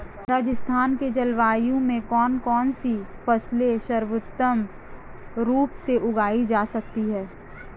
राजस्थान की जलवायु में कौन कौनसी फसलें सर्वोत्तम रूप से उगाई जा सकती हैं?